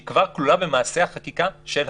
שהיא כבר תלויה במעשה החקיקה של הכנסת,